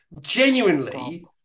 Genuinely